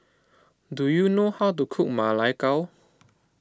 do you know how to cook Ma Lai Gao